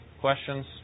questions